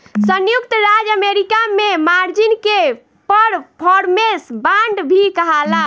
संयुक्त राज्य अमेरिका में मार्जिन के परफॉर्मेंस बांड भी कहाला